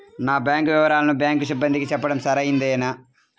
నా బ్యాంకు వివరాలను బ్యాంకు సిబ్బందికి చెప్పడం సరైందేనా?